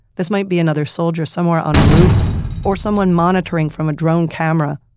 this might be another soldier somewhere on a roof or someone monitoring from a drone camera.